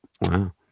Wow